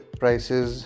prices